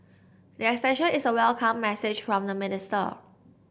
the extension is a welcome message from the minister